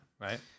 right